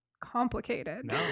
complicated